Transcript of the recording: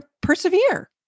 persevere